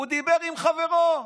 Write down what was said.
הוא דיבר עם חברו,